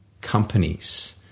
companies